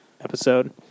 episode